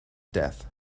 death